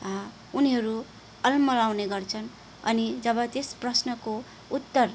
उनीहरू अल्मलाउने गर्छन् अनि जब त्यस प्रश्नको उत्तर